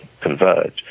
converge